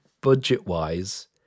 Budget-wise